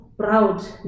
Proud